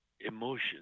emotions